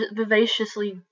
vivaciously